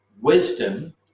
wisdom